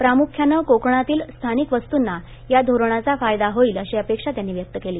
प्रामुख्यानं कोकणातील स्थानिक वस्तुंना या धोरणाचा फायदा होईल अशी अपेक्षा त्यांनी व्यक्त केली